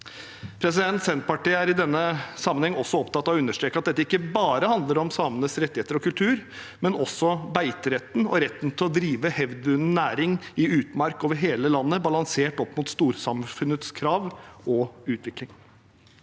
Senterpartiet er i denne sammenheng også opptatt av å understreke at dette ikke bare handler om samenes rettigheter og kultur, men også om beiteretten og retten til å drive hevdvunnen næring i utmark over hele landet, balansert opp mot storsamfunnets krav og utvikling.